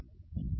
बरं आहे का